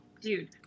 dude